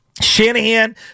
Shanahan